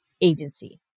agency